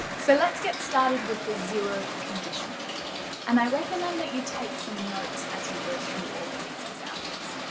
so let's get started with the zero conditional and i recommend that you take some notes as we go through all of these examples.